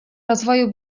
rozwoju